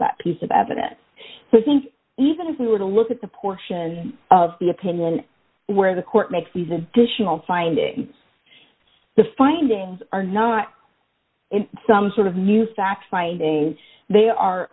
that piece of evidence i think even if we were to look at the portion of the opinion where the court makes these additional finding the findings are not some sort of new fact they are